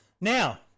now